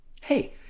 Hey